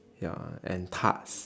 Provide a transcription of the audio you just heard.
ya and tarts